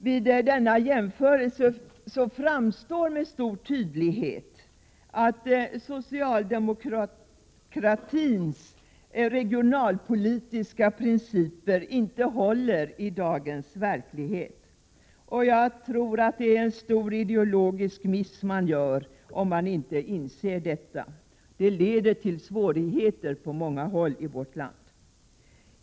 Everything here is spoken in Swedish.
Vid en sådan här jämförelse framgår det med stor tydlighet att socialdemokratins regionalpolitiska principer inte håller som verkligheten i dag ter sig. Jag tror att man gör en stor ideologisk miss, om man inte inser detta. Det leder ju till svårigheter på många håll i vårt land.